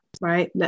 right